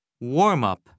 Warm-up